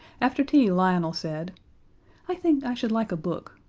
after tea lionel said i think i should like a book.